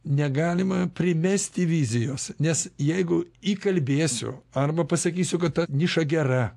negalima primesti vizijos nes jeigu įkalbėsiu arba pasakysiu kad ta niša gera